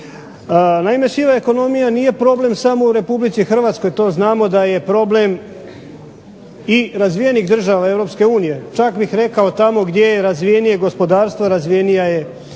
Naime, siva ekonomija nije problem samo u Republici Hrvatskoj, to znamo da je problem i razvijenih država Europske unije, čak bih rekao tamo gdje je razvijenije gospodarstvo, razvijeniji je